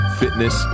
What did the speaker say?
fitness